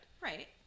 Right